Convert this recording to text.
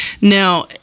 Now